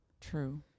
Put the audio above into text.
True